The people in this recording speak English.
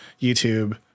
YouTube